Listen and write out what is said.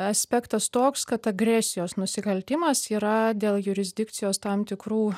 aspektas toks kad agresijos nusikaltimas yra dėl jurisdikcijos tam tikrų